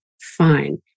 Fine